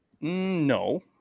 no